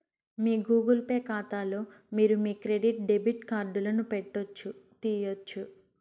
మీ Google Pay కాతాలో మీరు మీ క్రెడిట్ డెబిట్ కార్డులను పెట్టొచ్చు, తీయొచ్చు